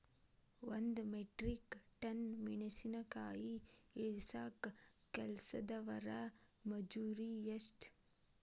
ಒಂದ್ metric ton ಮೆಣಸಿನಕಾಯಿ ಇಳಸಾಕ್ ಕೆಲಸ್ದವರ ಮಜೂರಿ ಎಷ್ಟ?